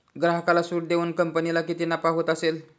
ग्राहकाला सूट देऊन कंपनीला किती नफा होत असेल